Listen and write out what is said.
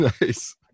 Nice